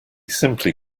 simply